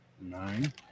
Nine